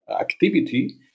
activity